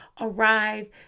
arrive